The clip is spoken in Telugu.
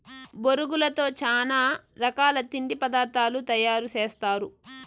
బొరుగులతో చానా రకాల తిండి పదార్థాలు తయారు సేస్తారు